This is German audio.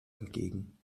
entgegen